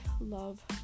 love